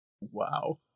wow